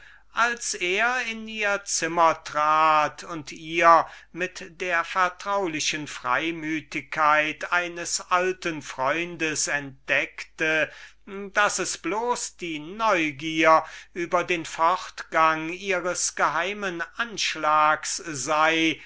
als er in ihr zimmer trat und mit der vertraulichen freimütigkeit eines alten freundes ihr entdeckte daß es die neugier über den fortgang ihres geheimen anschlags sei